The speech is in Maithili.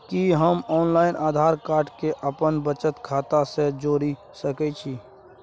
कि हम ऑनलाइन आधार कार्ड के अपन बचत खाता से जोरि सकै छी?